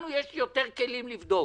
לנו יש יותר כלים לבדוק.